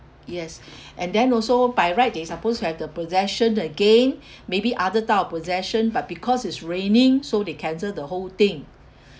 yes and then also by right they supposed have the possession again maybe other type of possession but because it's raining so they cancel the whole thing